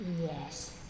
Yes